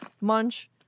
Munch